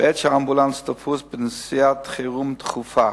בעת שהאמבולנס תפוס בנסיעת חירום דחופה.